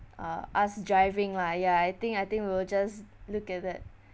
uh us driving lah ya I think I think we'll just look at that